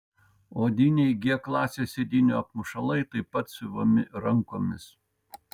odiniai g klasės sėdynių apmušalai taip pat siuvami rankomis